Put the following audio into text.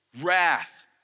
wrath